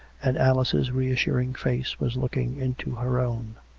and alice's reassuring face was looking into her own.